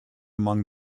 among